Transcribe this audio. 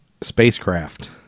spacecraft